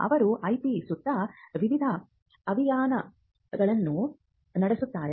ಅವರು IP ಸುತ್ತ ವಿವಿಧ ಅಭಿಯಾನಗಳನ್ನು ನಡೆಸುತ್ತಾರೆ